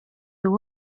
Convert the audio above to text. był